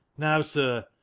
now, sir,